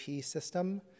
system